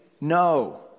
no